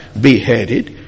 beheaded